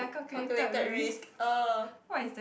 calculated risk oh